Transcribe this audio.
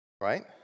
right